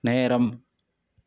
நேரம்